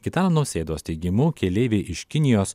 gitano nausėdos teigimu keleiviai iš kinijos